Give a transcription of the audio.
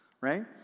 right